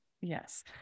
Yes